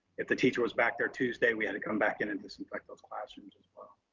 if the teacher was back there tuesday, we had to come back in and disinfect those classrooms as well.